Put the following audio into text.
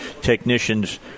technicians